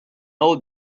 old